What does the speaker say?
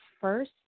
first